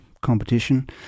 competition